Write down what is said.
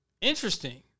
Interesting